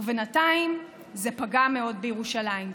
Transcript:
ובינתיים זה פגע מאוד בירושלים,